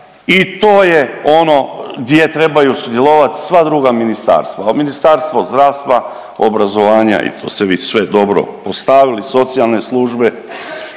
i to je ono gdje trebaju sudjelovati sva druga ministarstva. Ministarstvo zdravstva, obrazovanja i to ste vi sve dobro ostavili, socijalne službe